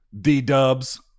D-dubs